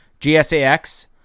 GSAX